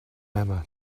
emma